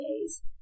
days